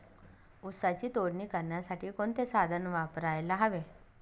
ऊसाची तोडणी करण्यासाठी कोणते साधन वापरायला हवे?